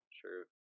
true